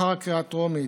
לאחר הקריאה הטרומית,